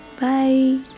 Bye